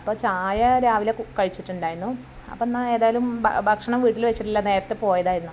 അപ്പോൾ ചായ രാവിലെ കഴിച്ചിട്ടുണ്ടായിരുന്നു അപ്പോഴെന്നാൽ ഏതായാലും ഭക്ഷണം വീട്ടിൽ വച്ചിട്ടില്ല നേരത്തെ പോയതായിരുന്നു